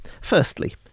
Firstly